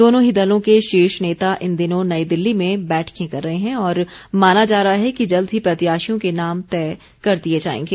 दोनों ही दलों के शीर्ष नेता इन दिनों नई दिल्ली में बैठकें कर रहे हैं और माना जा रहा है कि जल्द ही प्रत्याशियों के नाम तय कर दिए जाएंगे